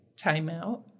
timeout